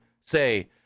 say